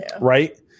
right